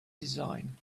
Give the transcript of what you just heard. design